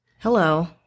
Hello